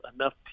enough